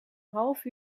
half